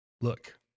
look